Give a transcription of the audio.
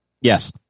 Yes